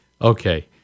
Okay